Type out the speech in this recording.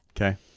Okay